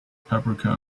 paprika